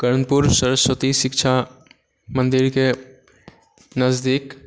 कर्णपुरसँ सरस्वती शिक्षा मंदिरके नजदीक